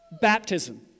baptism